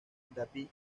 david